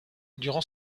durant